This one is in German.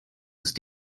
ist